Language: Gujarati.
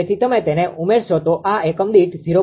તેથી તમે તેને ઉમેરશો તો આ એકમ દીઠ 0